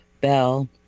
Bell